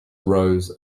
rose